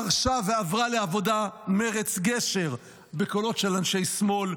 פרשה ועברה לעבודה-גשר-מרצ בקולות של אנשי שמאל,